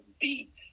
beat